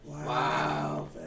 Wow